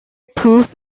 proof